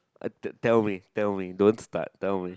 uh te~ tell me tell me don't start tell me